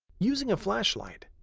using a flashlight,